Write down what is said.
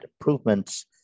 improvements